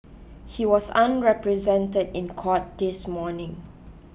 he was unrepresented in court this morning